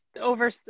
over